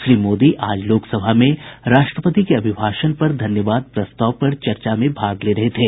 श्री मोदी आज लोकसभा में राष्ट्रपति के अभिभाषण पर धन्यवाद प्रस्ताव पर चर्चा में भाग ले रहे थे